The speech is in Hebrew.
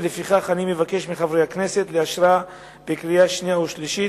ולפיכך אני מבקש מחברי הכנסת לאשרה בקריאה שנייה ובקריאה שלישית.